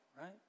right